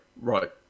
Right